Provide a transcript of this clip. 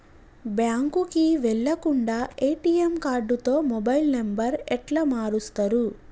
బ్యాంకుకి వెళ్లకుండా ఎ.టి.ఎమ్ కార్డుతో మొబైల్ నంబర్ ఎట్ల మారుస్తరు?